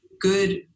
good